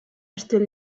estil